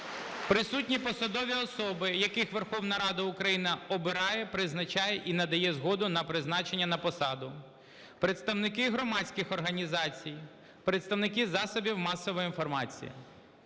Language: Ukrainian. присутні посадові особи, яких Верховна Рада України обирає, призначає і надає згоду на призначення на посаду. Представники громадських організацій, представники засобів масової інформації.